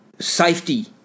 safety